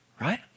Right